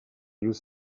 use